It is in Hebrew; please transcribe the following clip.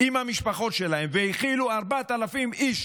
עם המשפחות שלהם, והאכילו 4,000 איש